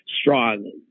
strong